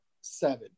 seven